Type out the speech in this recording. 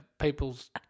people's –